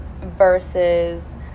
versus